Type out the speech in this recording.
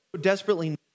desperately